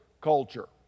culture